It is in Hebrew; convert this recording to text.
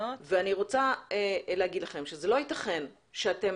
ואני רוצה להגיד לכם שזה לא יתכן שאתם